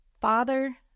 Father